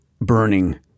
burning